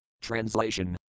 TRANSLATION